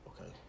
Okay